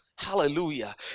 hallelujah